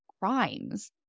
crimes